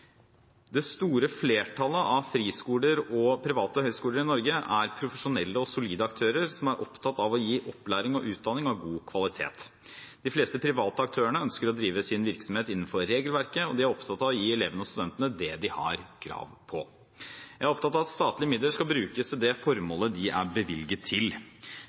Det store flertallet av friskoler og private høyskoler i Norge er profesjonelle og solide aktører som er opptatt av å gi opplæring og utdanning av god kvalitet. De fleste private aktører ønsker å drive sin virksomhet innenfor regelverket, og de er opptatt av å gi elevene og studentene det de har krav på. Jeg er opptatt av at statlige midler skal brukes til det formålet de er bevilget til.